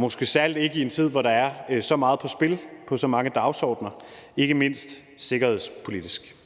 måske særlig ikke i en tid, hvor der er så meget på spil på så mange dagsordener, ikke mindst sikkerhedspolitisk.